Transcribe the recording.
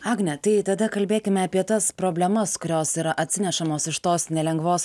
agne tai tada kalbėkime apie tas problemas kurios yra atsinešamos iš tos nelengvos